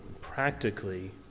practically